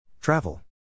Travel